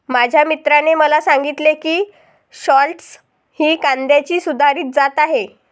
माझ्या मित्राने मला सांगितले की शालॉट्स ही कांद्याची सुधारित जात आहे